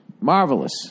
Marvelous